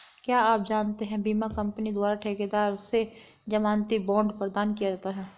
क्या आप जानते है बीमा कंपनी द्वारा ठेकेदार से ज़मानती बॉण्ड प्रदान किया जाता है?